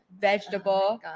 vegetable